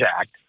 Act